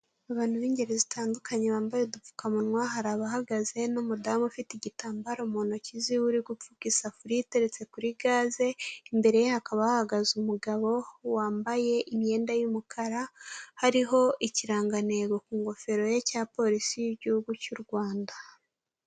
Abantu b'ingeri zitandukanye bambaye udupfukamunwa. Hari abahagaze n'umudamu ufite igitambaro mu ntoki ziwe urigupfuka isafuriya iteretse kuri gaze. Imbere ye hakaba hahagaze umugabo wambaye imyenda y'umukara hariho ikirangantego ku ngofero ye cya polisi y'Igihugu cy'u Rwanda.